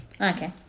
Okay